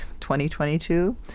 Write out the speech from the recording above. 2022